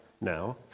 now